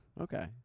Okay